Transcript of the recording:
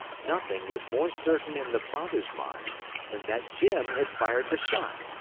nothing was more certain in the father's mind than that jim had fired the shot.